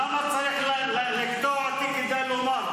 למה צריך לקטוע אותי כדי לומר?